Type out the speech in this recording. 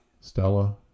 Stella